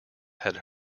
had